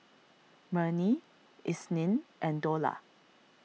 Murni Isnin and Dollah